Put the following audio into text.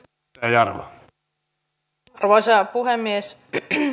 arvoisa puhemies